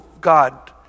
God